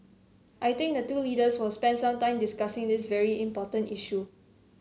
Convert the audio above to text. I think the two leaders will spend some time discussing this very important issue